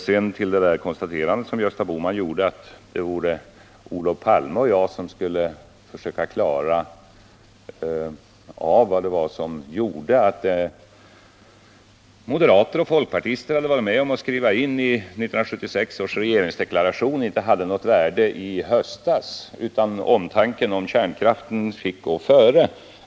Sedan till det konstaterande som Gösta Bohman gjorde, att det är Olof Palme och jag som skall försöka klara ut vad det var som gjorde att det som moderater och folkpartister hade varit med om att skriva in i 1976 års regeringsdeklaration inte hade något värde i höstas utan att omtanken om kärnkraften fick gå före.